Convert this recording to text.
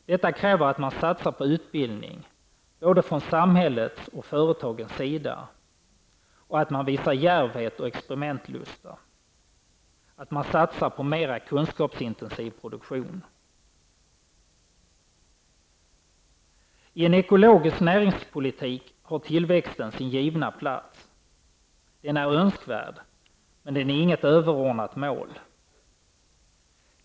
Detta kräver att man satsar på utbildning både från samhällets och från företagens sida och att man visar djärvhet och experimentlusta. Man måste satsa på kunskapsintensiv produktion. I en ekologisk näringspolitik har tillväxten sin givna plats. Den är önskvärd, men den är inget överordnat mål.